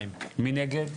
2 נגד,